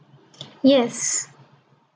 yes